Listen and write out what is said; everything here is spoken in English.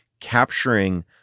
capturing